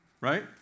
Right